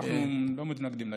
אנחנו לא מתנגדים לעניין.